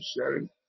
sharing